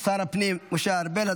ושר הפנים משה ארבל.